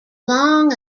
long